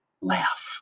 laugh